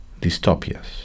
dystopias